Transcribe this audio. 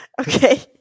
Okay